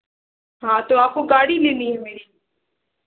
हाँ तो आपको गाड़ी लेनी है मेरी